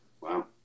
Wow